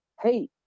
hey